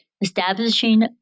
establishing